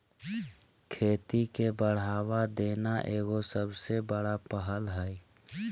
खेती के बढ़ावा देना एगो सबसे बड़ा पहल हइ